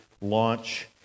launch